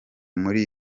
muri